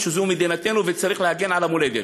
שזו מדינתנו וצריך להגן על המולדת,